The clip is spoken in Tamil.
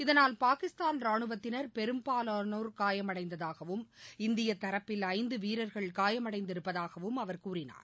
இதனால் பாகிஸ்தான் ரானுவத்தினர் பெரும்பாலானோர் காயமடைந்ததாகவும் இந்தியத் தரப்பில் ஐந்து வீரர்கள் காயமடைந்திருப்பதாகவும் அவர் கூறினார்